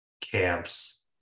camps